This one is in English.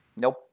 Nope